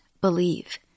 believe